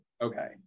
Okay